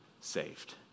saved